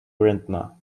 grandma